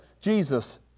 Jesus